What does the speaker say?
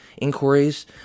inquiries